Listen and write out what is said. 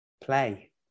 play